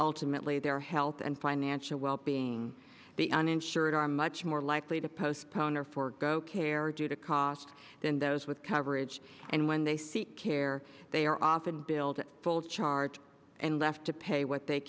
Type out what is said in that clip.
ultimately their health and financial well being the uninsured are much more likely to postpone or forego care due to cost than those with coverage and when they seek care they are often billed full charged and left to pay what they